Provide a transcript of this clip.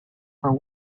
for